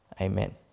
Amen